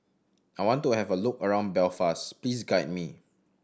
I want to have a look around Belfast please guide me